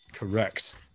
Correct